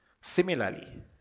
Similarly